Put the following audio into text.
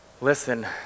listen